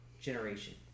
generation